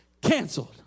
canceled